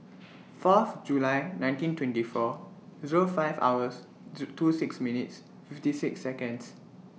Fourth July nineteen twenty four Zero five hours two six minutes fifty six Seconds